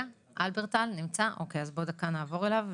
זאת הזדמנות טובה.